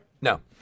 No